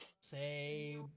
Say